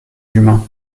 humains